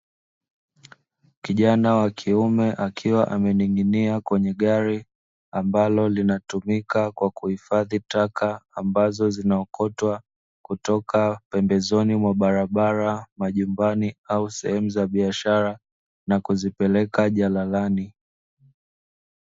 Kijana wa kiume akiwa amening'nia kwenye gari ambalo linatumika kwa kuhifadhi taka, ambazo zinaokotwa kutoka pembezoni mwa barabara, majumbani au sehemu za biashara na kuzipeleka jalalani.